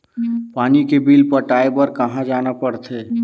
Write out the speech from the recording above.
पानी के बिल पटाय बार कहा जाना पड़थे?